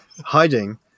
hiding